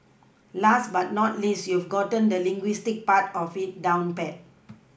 last but not least you've gotten the linguistics part of it down pat